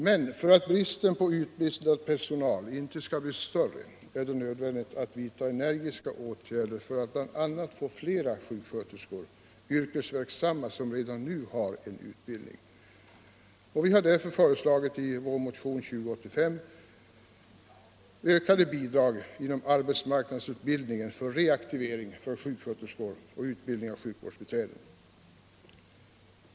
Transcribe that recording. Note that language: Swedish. Men för att bristen på utbildad personal inte skall bli större är det nödvändigt med energiska åtgärder för att bl.a. få flera utbildade sjuksköterskor yrkesverksamma. politiken politiken Vi har därför i motion 2085 föreslagit ökade bidrag till reaktiveringskurser för sjuksköterskor och utbildning av sjukvårdsbitriden.